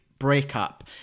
Breakup